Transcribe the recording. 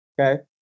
Okay